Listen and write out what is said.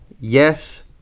Yes